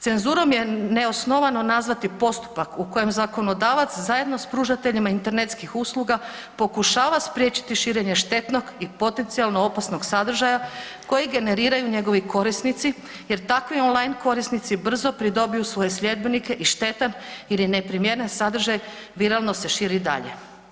Cenzurom je neosnovano nazvati postupak u kojem zakonodavac zajedno s pružateljima internetskih usluga pokušava spriječiti širenje štetnog i potencijalno opasnog sadržaja koji generiraju njegovi korisnici jer takvi online korisnici brzo pridobiju svoje sljedbenike i štetan ili neprimjeren sadržaj viralno se širi dalje.